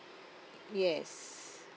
yes